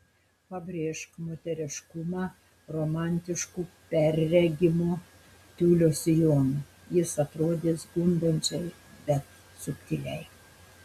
pabrėžk moteriškumą romantišku perregimo tiulio sijonu jis atrodys gundančiai bet subtiliai